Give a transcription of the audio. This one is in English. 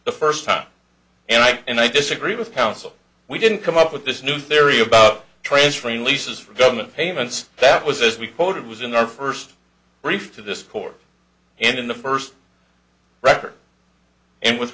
the first time and i and i disagree with counsel we didn't come up with this new theory about transferring leases from government payments that was as we quoted was in our first brief to this court in the first record and with